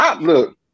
Look